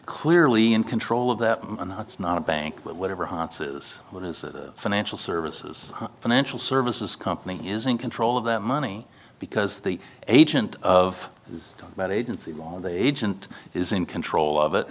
clearly in control of that and it's not a bank whatever hans's it is a financial services financial services company is in control of that money because the agent of that agency agent is in control of it